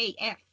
AF